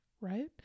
right